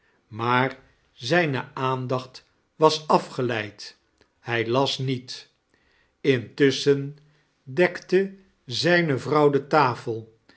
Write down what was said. maar zijne aandacht was afgeleid kerstvektellingen hij las niet intusschen dekte zijne vrouw de tafel